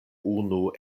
unu